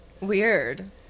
Weird